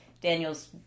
Daniel's